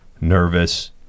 nervous